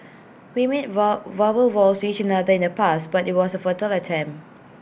we made verbal vows to each other in the past but IT was A futile attempt